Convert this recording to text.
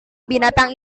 binatang